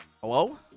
hello